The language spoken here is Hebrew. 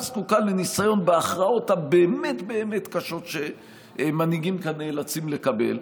זקוקה לניסיון בהכרעות הבאמת-באמת קשות שמנהיגים כאן נאלצים לקבל,